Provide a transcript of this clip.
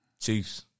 Chiefs